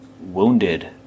wounded